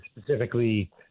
specifically